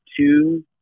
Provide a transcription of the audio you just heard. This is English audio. two